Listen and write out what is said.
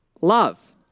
Love